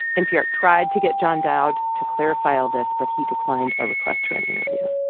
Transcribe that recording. npr tried to get john dowd to clarify all this, but he declined our request for an interview